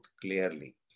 clearly